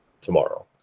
tomorrow